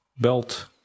belt